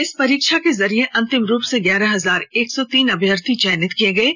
इस परीक्षा के जरिए अंतिम रुप से ग्यारह हजार एक सौ तीन अभ्यर्थी चयनित किए गए हैं